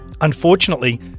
Unfortunately